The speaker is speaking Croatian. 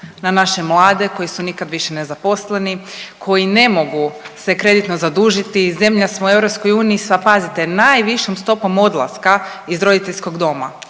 na naše mlade koji su nikad više nezaposleni, koji ne mogu se kreditno zadužiti. Zemlja smo u EU sa pazite najvišom stopom odlaska iz roditeljskog doma.